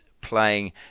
playing